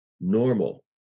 normal